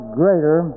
greater